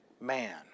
man